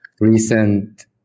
Recent